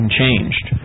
changed